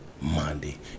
Monday